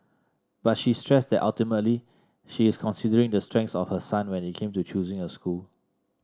but she stressed that ultimately she is considering the strengths of her son when it came to choosing a school